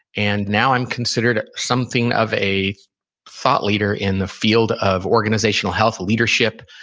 and now, i'm considered something of a thought leader in the field of organizational health, leadership,